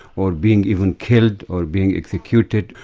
or being even killed or being executed,